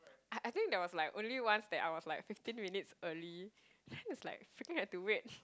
I I think there was like only once that I was like fifteen minutes early then it's like still had to wait